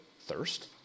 thirst